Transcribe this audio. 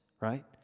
right